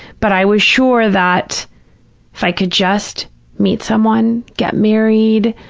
but i was sure that if i could just meet someone, get married,